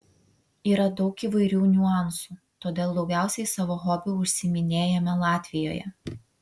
yra daug įvairių niuansų todėl daugiausiai savo hobiu užsiiminėjame latvijoje